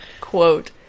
quote